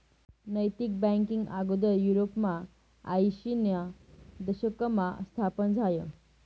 नैतिक बँकींग आगोदर युरोपमा आयशीना दशकमा स्थापन झायं